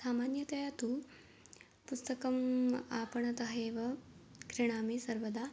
सामान्यतया तु पुस्तकम् आपणतः एव क्रीणामि सर्वदा